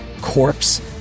corpse